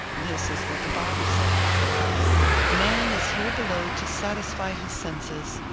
this is what the body said man is here below to satisfy his senses,